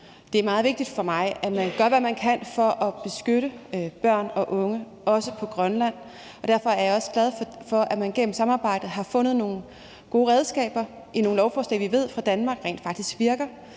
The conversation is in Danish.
Det er meget vigtigt for mig, at man gør, hvad man kan for at beskytte børn og unge, også på Grønland, og derfor er jeg også glad for, at man gennem et samarbejde i nogle lovforslag har fundet nogle gode redskaber, vi fra Danmark rent faktisk ved